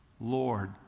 Lord